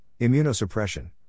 immunosuppression